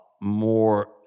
more